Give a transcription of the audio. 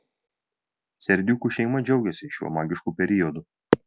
serdiukų šeima džiaugiasi šiuo magišku periodu